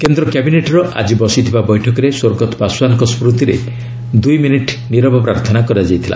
କେନ୍ଦ୍ର କ୍ୟାବିନେଟ୍ର ଆଜି ବସିଥିବା ବୈଠକରେ ସ୍ୱର୍ଗତ ପାଶୱାନ୍ଙ୍କ ସ୍କୃତିରେ ଦୁଇ ମିନିଟ୍ ନିରବ ପ୍ରାର୍ଥନା କରାଯାଇଥିଲା